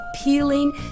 appealing